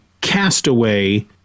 Castaway